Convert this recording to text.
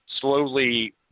slowly